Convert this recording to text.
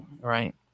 right